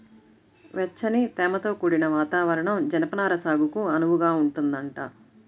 వెచ్చని, తేమతో కూడిన వాతావరణం జనపనార సాగుకు అనువుగా ఉంటదంట